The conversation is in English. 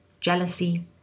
jealousy